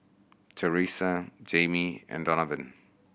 Teressa Jaimee and Donavan